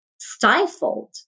stifled